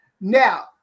Now